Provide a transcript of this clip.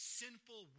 sinful